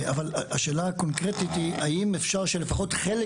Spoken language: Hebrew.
אבל השאלה הקונקרטית היא האם אפשר שלפחות חלק